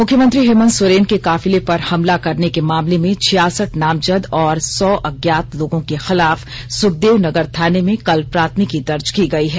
मुख्यमंत्री हेमंत सोरेन के काफिले पर हमला करने के मामले में छियासठ नामजद और सौ अज्ञात लोगों के खिलाफ सुखदेव नगर थाने में कल प्राथमिकी दर्ज की गई है